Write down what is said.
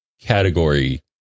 category